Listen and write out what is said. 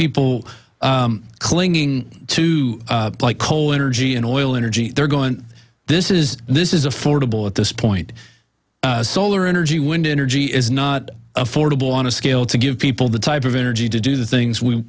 people clinging to like colin or g in oil energy they're going this is this is affordable at this point solar energy wind energy is not affordable on a scale to give people the type of energy to do the things we